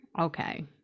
Okay